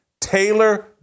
Taylor